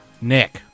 nick